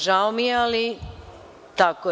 Žao mi je, ali tako je.